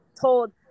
told